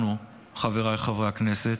אנחנו, חבריי חברי הכנסת,